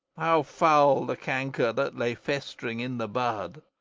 how foul the canker that lay festering in the bud!